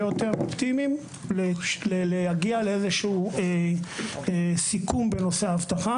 יותר אופטימיים כדי שנוכל להגיע לסיכום בנושא האבטחה